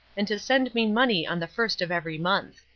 and to send me money on the first of every month.